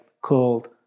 called